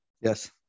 Yes